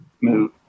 move